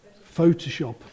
Photoshop